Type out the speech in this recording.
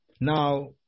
Now